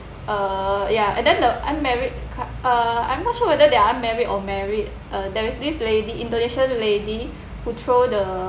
uh ya and then the unmarried cou~ uh I'm not sure whether they are unmarried or married uh there's this lady indonesian lady who throw the